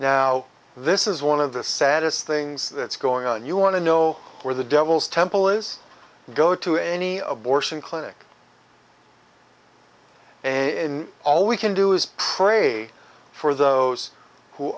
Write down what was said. now this is one of the saddest things that's going on you want to know where the devil's temple is go to any abortion clinic and in all we can do is pray for those who